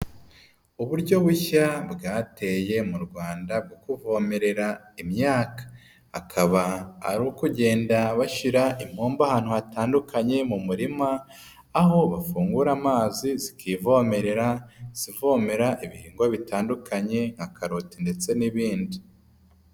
Uburyo bushya bwateye mu Rwanda bwo kuvomerera imyaka. Akaba ari ukugenda bashyira impombo ahantu hatandukanye mu murima, aho bafungura amazi zikivomerera, zivomera ibihingwa bitandukanye nka karoti ndetse n'ibindi.